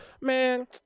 man